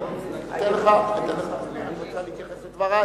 את רוצה להתייחס לדברי?